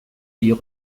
igo